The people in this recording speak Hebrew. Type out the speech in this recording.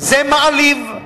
זה מעליב,